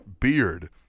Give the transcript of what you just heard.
beard